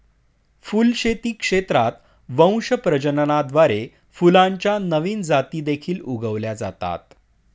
फुलशेती क्षेत्रात वंश प्रजननाद्वारे फुलांच्या नवीन जाती देखील उगवल्या जातात